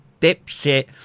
dipshit